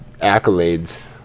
accolades